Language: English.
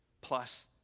plus